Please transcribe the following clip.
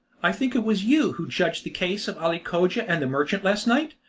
i think it was you who judged the case of ali cogia and the merchant last night?